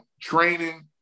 training